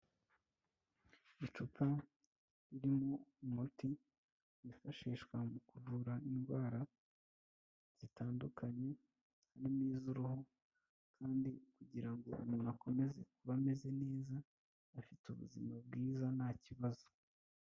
Icupa ririmo umuti ryifashishwa mu kuvura indwara zitandukanye harimo iz'uruhu, kandi kugira ngo umuntu akomeze kuba ameze neza, afite ubuzima bwiza nta kibazo.